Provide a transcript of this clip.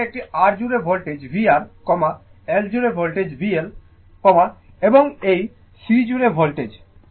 সুতরাং একটি R জুড়ে ভোল্টেজ vR L জুড়ে ভোল্টেজ VL এবং এই C জুড়ে ভোল্টেজ